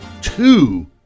two